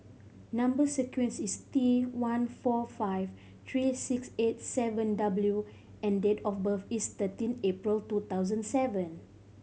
number sequence is T one four five three six eight seven W and date of birth is thirteen April two thousand seven